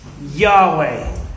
yahweh